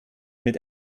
mit